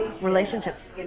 relationships